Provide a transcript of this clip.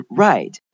right